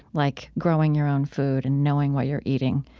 like growing your own food and knowing what you're eating.